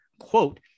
quote